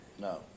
No